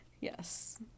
Yes